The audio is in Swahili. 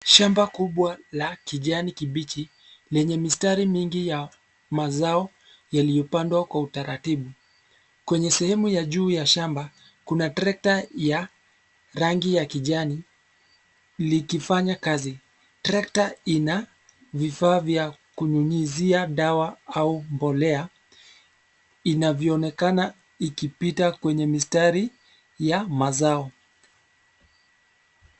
Shamba kubwa la kijani kibichi, lenye mistari mingi ya, mazao, yaliyopandwa kwa utaratibu. Kwenye sehemu ya juu ya shamba, kuna trekta ya, rangi ya kijani, likifanya kazi. Trekta ina, vifaa vya, kunyunyizia dawa au mbolea, inavyoonekana ikipita kwenye mistari, ya mazao.